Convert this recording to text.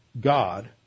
God